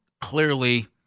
clearly